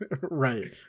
right